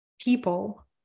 people